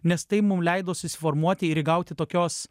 nes tai mum leido susiformuoti ir įgauti tokios